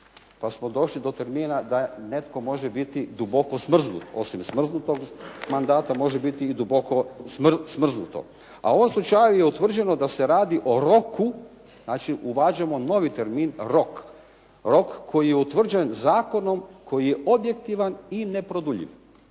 pa smo došli do termina da netko može biti duboko smrznut. Osim smrznutog mandata može biti i duboko smrznuto a u ovom slučaju je utvrđeno da se radi o roku, znači uvađamo novi termin rok koji je utvrđen zakonom koji je objektivan i neproduljiv,